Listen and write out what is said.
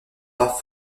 pas